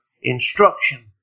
instruction